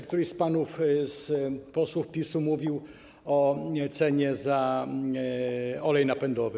Któryś z panów posłów z PiS mówił o cenie za olej napędowy.